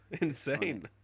Insane